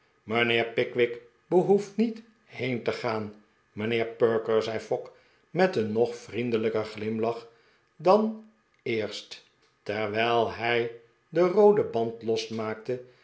mijnheer pickwick behoeft niet heen te gaan mijnheer perker zei fogg met een nog vriendelijker glimlach dan eerst iiterwijl hij den rooden band losmaakte